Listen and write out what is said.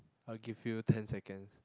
I will give you ten seconds